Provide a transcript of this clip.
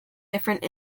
different